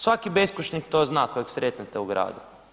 Svaki beskućnik to zna kojeg sretnete u gradu.